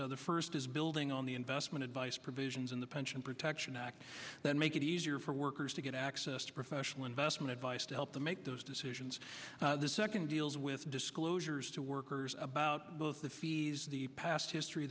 concerns the first is building on the investment advice provisions in the pension protection act that make it easier for workers to get access to professional investment advice to help them make those decisions the second deals with disclosures to workers about both the fees the past history